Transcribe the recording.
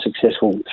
successful